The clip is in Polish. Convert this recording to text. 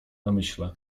namyśle